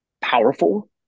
powerful